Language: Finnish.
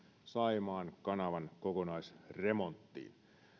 saimaan kanavan kokonaisremonttiin